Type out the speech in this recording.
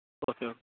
okay okay